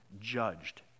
judged